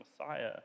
Messiah